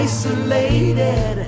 Isolated